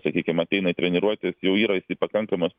sakykim ateina treniruotis jau yra pakankamas